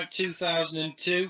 2002